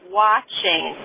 watching